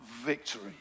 victory